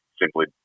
simply